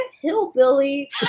hillbilly